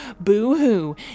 Boo-hoo